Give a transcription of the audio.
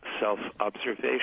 self-observation